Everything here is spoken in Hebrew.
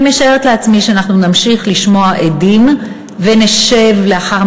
אני משערת שאנחנו נמשיך לשמוע הדים ונשב לאחר